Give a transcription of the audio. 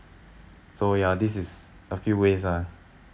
so ya this is a few ways ah